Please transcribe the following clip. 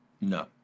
No